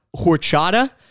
horchata